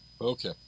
Okay